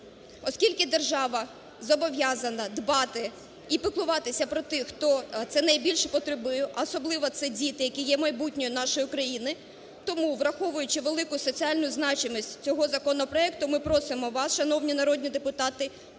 Оскільки держава зобов'язана дбати і піклуватися про тих, хто це найбільше потребує, особливо це діти, які є майбутнє нашої України. Тому, враховуючи велику соціальну значимість цього законопроекту, ми просимо вас, шановні народні депутати,